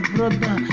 Brother